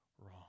wrong